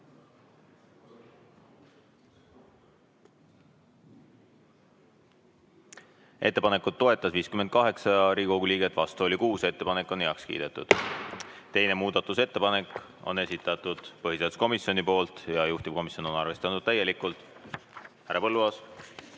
Ettepanekut toetas 58 Riigikogu liiget, vastu oli 6. Ettepanek on heaks kiidetud. Teine muudatusettepanek on esitatud põhiseaduskomisjoni poolt ja juhtivkomisjon on arvestanud seda täielikult. Härra Põlluaas.